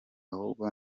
ahubwo